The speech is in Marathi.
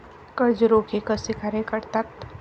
कर्ज रोखे कसे कार्य करतात?